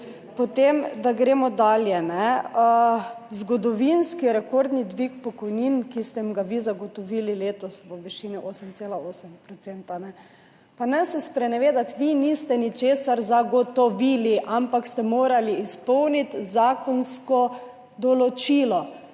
Potem, da gremo dalje. Zgodovinski rekordni dvig pokojnin, ki ste jim ga vi zagotovili letos v višini 8,8 %. Pa ne se sprenevedati, vi niste ničesar zagotovili, ampak ste morali izpolniti zakonsko določilo.